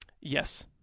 Yes